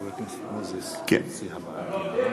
יש להם זכות ללמוד ליבה.